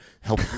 help